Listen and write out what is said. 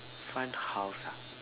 find house ah